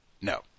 no